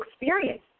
experience